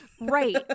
Right